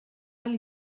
ahal